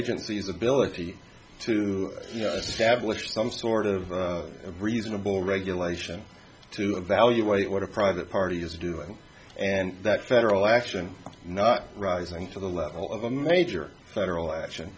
agencies ability to you know establish some sort of reasonable regulation to evaluate what a private party is doing and that federal action not rising to the level of a major federal action